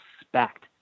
respect